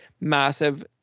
massive